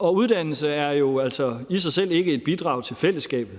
Uddannelse er jo i sig selv ikke et bidrag til fællesskabet.